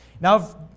Now